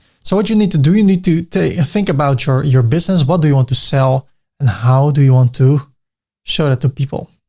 so what you need to do, you need to to think about your your business? what do you want to sell and how do you want to show that to people?